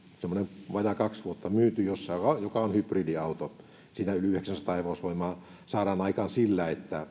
semmoinen vajaa kaksi vuotta myyty joka on hybridiauto siinä yli yhdeksänsataa hevosvoimaa saadaan aikaan sillä että